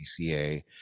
dca